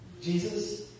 Jesus